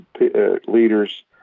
leaders